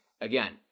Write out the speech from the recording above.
Again